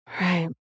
right